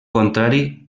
contrari